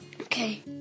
Okay